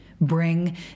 Bring